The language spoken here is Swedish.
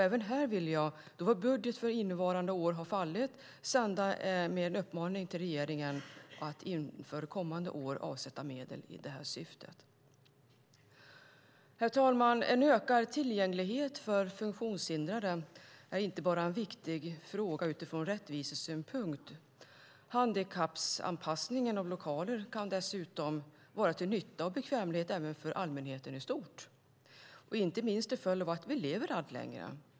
Även här vill jag, då vår budget för innevarande år har fallit, sända en uppmaning till regeringen att inför kommande år avsätta medel i detta syfte. Herr talman! En ökad tillgänglighet för funktionshindrade är inte bara viktigt ur rättvisesynpunkt. Handikappanpassningen av lokaler kan dessutom vara till nytta och bekvämlighet för allmänheten i stort, inte minst till följd av att vi lever allt längre.